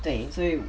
对所以